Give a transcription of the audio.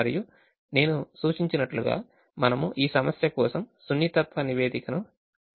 మరియు నేను సూచించినట్లుగా మనము ఈ సమస్య కోసం సున్నితత్వ నివేదికకు తిరిగి వెళ్ళవచ్చు